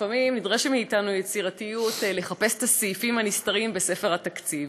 לפעמים נדרשת מאתנו יצירתיות לחפש את הסעיפים הנסתרים בספר התקציב,